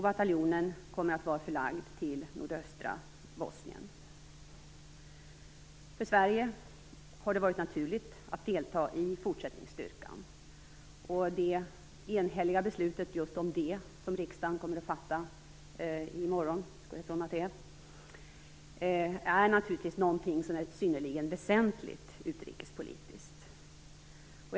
Bataljonen kommer att vara förlagd till nordöstra För Sverige har det varit naturligt att delta i fortsättningsstyrkan. Det enhälliga beslut om det som riksdagen kommer att fatta i morgon är naturligtvis någonting som är synnerligen utrikespolitiskt väsentligt.